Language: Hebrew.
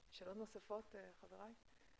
שאלות נוספות, חבריי?